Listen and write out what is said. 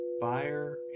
Fire